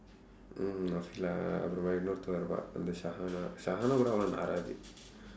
mm அப்புறம் மேலே இன்னொருத்தன் வருவான் அந்த:appuram meelee innoruththan varuvaan andtha கூட அவ்வளவு நாராது:kuuda avvalavu naaraathu